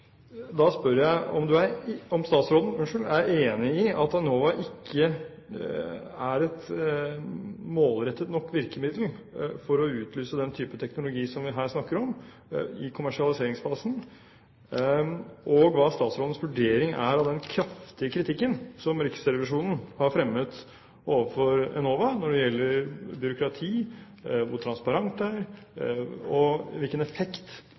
Da spør jeg om statsråden er enig i at Enova ikke er et målrettet nok virkemiddel for å utløse den type teknologi som vi her snakker om, i kommersialiseringsfasen. Og hva er statsrådens vurdering av den kraftige kritikken som Riksrevisjonen har fremmet overfor Enova når det gjelder byråkrati, hvor transparent det er, og hvilken effekt